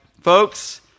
folks